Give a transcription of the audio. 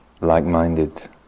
like-minded